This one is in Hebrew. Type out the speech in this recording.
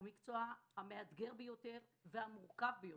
הוא המקצוע המאתגר והמורכב ביותר,